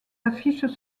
affiches